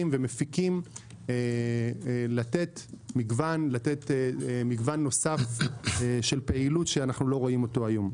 ולמפיקים לתת מגוון נוסף של פעילות שאנחנו לא רואים היום.